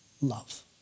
love